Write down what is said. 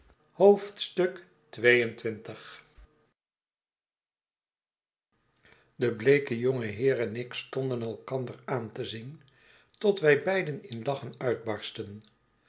de bleeke jonge heer en ik stonden elkander aan te zien tot wij beiden in lachen uitbarstten